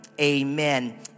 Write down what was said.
amen